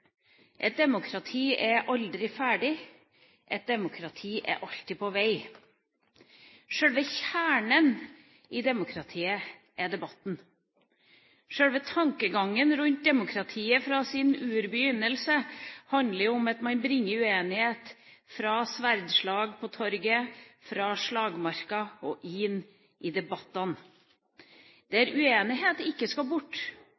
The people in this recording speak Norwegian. Et demokrati er alltid i utvikling, et demokrati er aldri ferdig, et demokrati er alltid på vei. Selve kjernen i demokratiet er debatten. Selve tankegangen rundt demokratiet fra sin urbegynnelse handler om at man bringer uenighet fra sverdslag på torget, fra slagmarken og inn i debattene – der uenighet ikke skal bort,